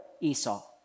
Esau